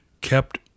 kept